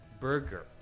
burger